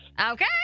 Okay